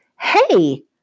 Hey